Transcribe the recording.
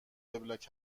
وبلاگ